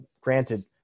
granted